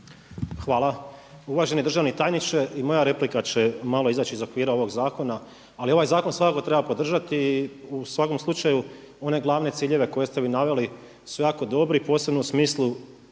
Hvala. Uvaženi državni tajniče i moja replika će malo izaći iz okvira ovog zakona ali ovaj zakon svakako treba podržati i u svakom slučaju one glavne ciljeve koje ste vi naveli su jako dobri i posebno u smislu